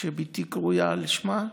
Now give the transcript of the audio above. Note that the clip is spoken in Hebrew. שבתי קרויה על שמה,